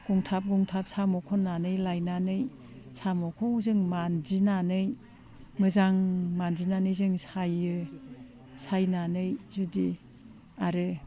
हमथाब हमथाब साम' खननानै लायनानै साम'खौ जों मानजिनानै मोजां मानजिनानै जोङो सायो सायनानै जुदि आरो